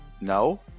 no